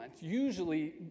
usually